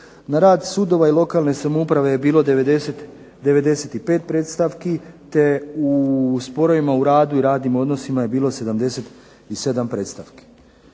Na rad sudova i lokalne samouprave je bilo 95 predstavki te u sporovima u radu i radnim odnosima je bilo 77 predstavki.